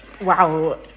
Wow